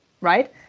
Right